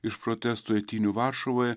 iš protesto eitynių varšuvoje